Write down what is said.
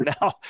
Now